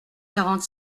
quarante